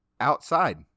outside